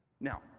Now